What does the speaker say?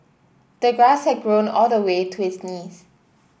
the grass had grown all the way to his knees